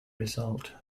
result